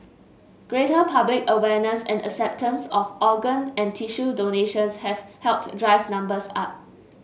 greater public awareness and acceptance of organ and tissue donations have helped drive numbers up